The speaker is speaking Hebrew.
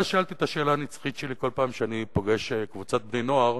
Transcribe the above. אז שאלתי את השאלה הנצחית שלי כל פעם שאני פוגש קבוצת בני-נוער: